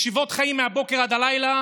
בישיבות התלמידים חיים מהבוקר עד הלילה